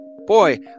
Boy